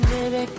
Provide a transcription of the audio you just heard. Baby